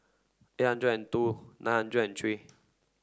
eight hundred and two nine hundred and three